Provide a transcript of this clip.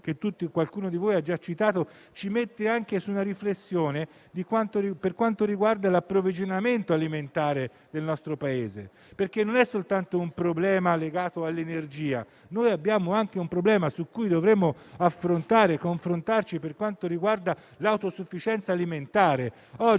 che qualcuno di voi ha già citato, ci porta ad una riflessione per quanto riguarda l'approvvigionamento alimentare del nostro Paese, perché non c'è soltanto un problema legato all'energia, ma ne abbiamo anche uno che dovremo affrontare e su cui dovremo confrontarci per quanto riguarda l'autosufficienza alimentare.